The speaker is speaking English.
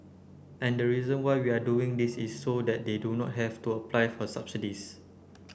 and the reason why we are doing this is so that they do not have to apply for subsidies